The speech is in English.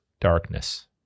darkness